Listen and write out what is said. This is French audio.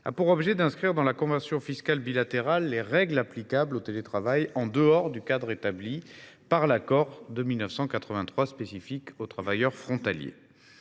a pour objet d’inscrire dans la convention fiscale bilatérale les règles applicables au télétravail en dehors du cadre établi par l’accord de 1983 spécifique aux travailleurs frontaliers.